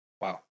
Wow